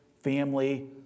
family